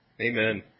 Amen